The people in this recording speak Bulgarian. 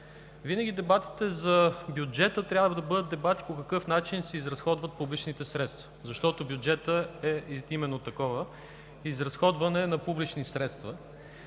Винаги дебатите за бюджета трябва да бъдат дебати по какъв начин се изразходват публичните средства, защото бюджетът е именно такова изразходване на публични средства,